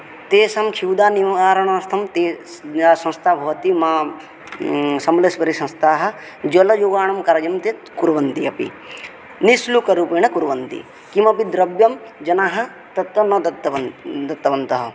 तेषां क्षुधानिवारणार्थं ते या संस्था भवति मा समलेस्वरिसंस्थाः जलजुगाणं कार्यन्ते कुर्वन्ति अपि निश्शुल्करूपेण कुर्वन्ति किमपि द्रव्यं जनाः तत्र न दत्तवन् दत्तवन्तः